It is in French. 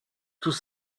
tous